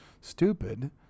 stupid